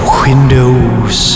windows